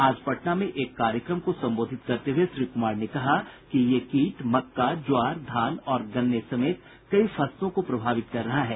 आज पटना में एक कार्यक्रम को संबोधित करते हुए श्री कुमार ने कहा कि ये कीट मक्का ज्वार धान और गन्ने समेत कई फसलों को प्रभावित कर रहा है